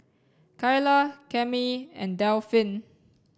kylah Cammie and Delphin